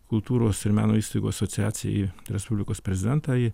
kultūros ir meno įstaigų asociaciją į respublikos prezidentą į